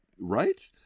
right